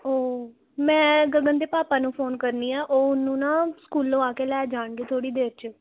ਉਹ ਮੈਂ ਗਗਨ ਦੇ ਭਾਪਾ ਨੂੰ ਫੋਨ ਕਰਦੀ ਆ ਉਹ ਉਹਨੂੰ ਨਾ ਸਕੂਲੋਂ ਆ ਕੇ ਲੈ ਜਾਣਗੇ ਥੋੜ੍ਹੀ ਦੇਰ 'ਚ